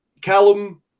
Callum